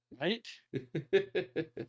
Right